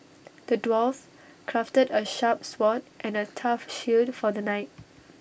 the dwarf crafted A sharp sword and A tough shield for the knight